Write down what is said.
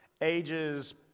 ages